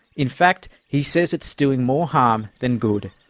in fact, he says it's doing more harm than good.